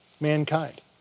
Mankind